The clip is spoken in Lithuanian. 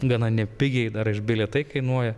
gana nepigiai dar ir bilietai kainuoja